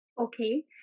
Okay